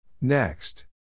Next